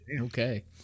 Okay